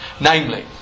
Namely